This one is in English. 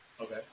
Okay